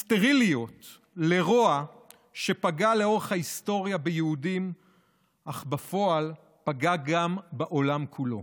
לרוע שפגע לאורך ההיסטוריה ביהודים אך בפועל פגע גם בעולם כולו.